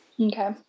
Okay